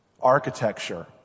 Architecture